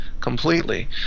completely